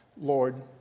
Lord